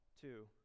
Two